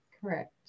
Correct